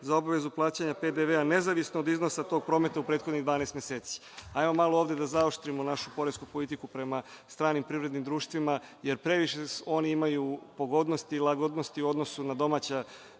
za obavezu plaćanja PDV, nezavisno od iznosa tog prometa u prethodnih 12 meseci. Da malo ovde zaoštrimo poresku politiku prema stranim privrednim društvima jer previše imaju pogodnosti i lagodnosti u odnosu na domaća